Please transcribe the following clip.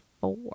four